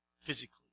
physically